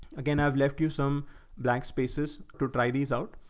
again. i've left you some blank spaces to try these out,